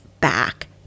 back